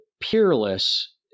Peerless